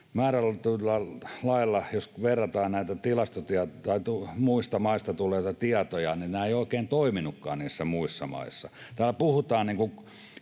lailla, jos verrataan näitä muista maista tulleita tietoja, nämä eivät oikein toimineetkaan niissä muissa